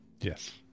yes